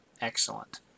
excellent